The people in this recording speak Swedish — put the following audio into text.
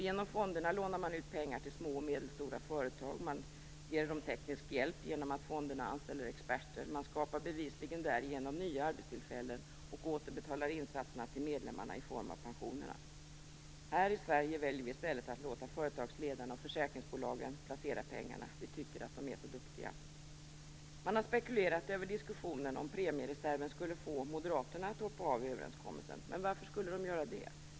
Genom fonderna lånar man ut pengar till små och medelstora företag, och man ger dem teknisk hjälp genom att fonderna anställer experter. Därigenom skapar man bevisligen nya arbetstillfällen och återbetalar insatserna till medlemmarna i form av pensionerna. Här i Sverige väljer vi i stället att låta företagsledarna och försäkringsbolagen placera pengarna - vi tycker att de är så duktiga. Man har spekulerat över huruvida diskussionen om premiereserven skulle få Moderaterna att hoppa av överenskommelsen. Men varför skulle de göra det?